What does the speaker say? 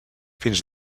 fins